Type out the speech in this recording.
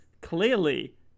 clearly